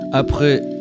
Après